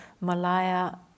Malaya